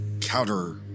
counter